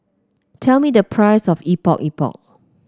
tell me the price of Epok Epok